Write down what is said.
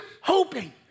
hoping